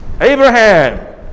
Abraham